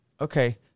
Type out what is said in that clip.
Okay